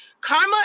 Karma